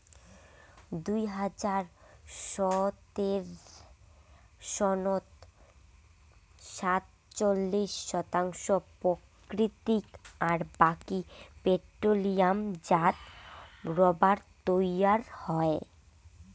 দুই হাজার সতের সনত সাতচল্লিশ শতাংশ প্রাকৃতিক আর বাকি পেট্রোলিয়ামজাত রবার তৈয়ার হয়